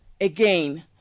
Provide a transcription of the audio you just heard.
again